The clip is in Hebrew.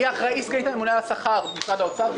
סגנית הממונה על השכר במשרד האוצר נכנסה עכשיו,